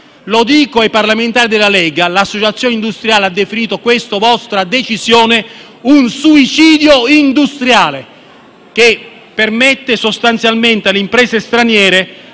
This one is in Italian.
Lo dico ai parlamentari della Lega: l'associazione degli industriali ha definito questa vostra decisione un suicidio industriale, che permette sostanzialmente alle imprese straniere